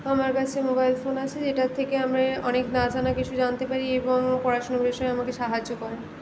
আমার কাছে mobile phone আছে যেটার থেকে আমরা অনেক না জানা কিছু জানতে পারি এবং পড়াশোনার বিষয়ে আমাকে সাহায্য করে